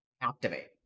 activate